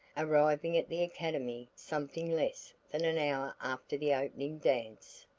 arriving at the academy something less than an hour after the opening dance.